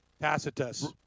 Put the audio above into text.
Tacitus